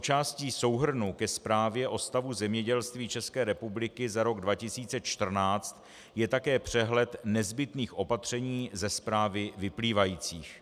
Součástí souhrnu ke Zprávě o stavu zemědělství České republiky za rok 2014 je také přehled nezbytných opatření ze zprávy vyplývajících.